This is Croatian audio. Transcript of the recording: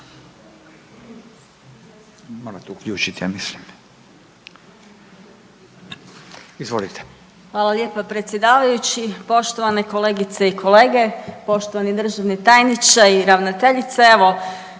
**Jelkovac, Marija (HDZ)** Hvala lijepa predsjedavajući. Poštovane kolegice i kolege, poštovani državni tajniče i ravnateljice evo